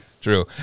true